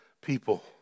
people